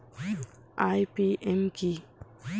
IPM কি?